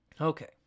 Okay